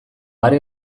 are